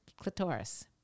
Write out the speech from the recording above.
clitoris